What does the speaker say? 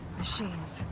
machines.